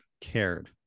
cared